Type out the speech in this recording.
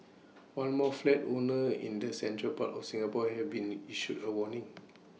one more flat owner in the central part of Singapore has been issued A warning